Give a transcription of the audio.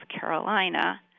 Carolina